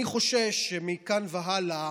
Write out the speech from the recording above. אני חושש שמכאן והלאה